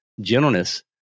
gentleness